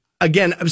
again